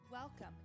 Welcome